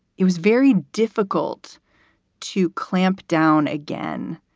it was very difficult to clamp down again.